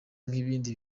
nk’ibindi